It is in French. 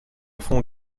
fonds